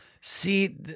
See